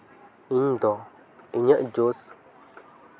ᱤᱧ ᱫᱚ ᱤᱧᱟᱹᱜ ᱡᱳᱥ